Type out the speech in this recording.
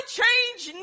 change